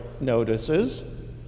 notices